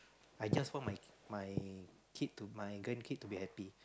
I just want my my kid to my grandkid to be happy